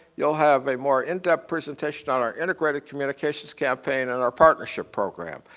you'll have a more in depth presentation on our integrated communications campaign and our partnership program.